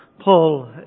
Paul